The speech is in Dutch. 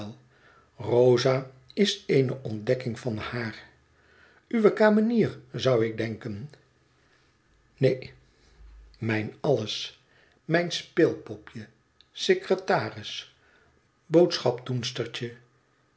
rosa is eene ontdekking van haar uwe kamenier zou ik denken neen mijn alles mijn speelpopje secretaris boodschapdoenstertje